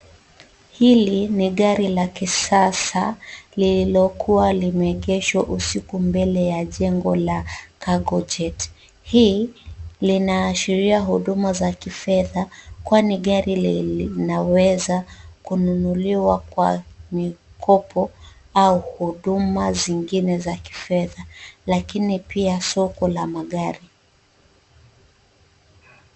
Hii ni gari la kisasa lililokuwa limegeshwa usiku mbele ya jengo la Cargo Jet . Hii linaashiria huduma za kifedha kwani gari linaweza kununuliwa kwa mikopo au huduma zingine za kifedha, lakini pia soko la magari.